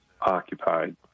occupied